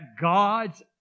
God's